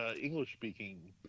English-speaking